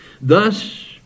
Thus